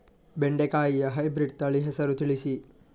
ಬೆಂಡೆಕಾಯಿಯ ಹೈಬ್ರಿಡ್ ತಳಿ ಹೆಸರು ತಿಳಿಸಿ?